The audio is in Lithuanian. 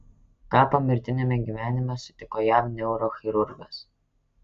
ką pomirtiniame gyvenime sutiko jav neurochirurgas